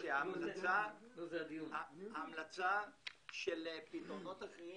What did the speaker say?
ההמלצה של פתרונות אחרים